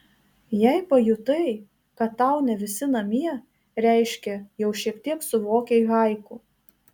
jei pajutai kad tau ne visi namie reiškia jau šiek tiek suvokei haiku